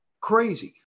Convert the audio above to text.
Crazy